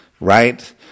right